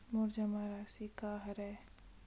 मोर जमा राशि का हरय?